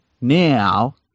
now